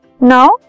Now